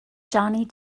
johnny